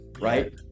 Right